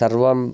सर्वं